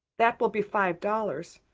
that will be five dollars.